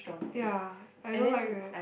ya I don't like weird